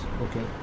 Okay